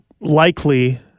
likely